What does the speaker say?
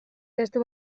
testu